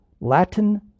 Latin